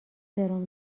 سرم